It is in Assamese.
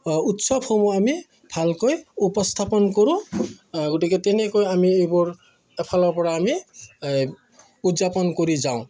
উৎসৱসমূহ আমি ভালকৈ উপস্থাপন কৰোঁ গতিকে তেনেকৈ আমি এইবোৰ এফালৰ পৰা আমি উদযাপন কৰি যাওঁ